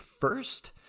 first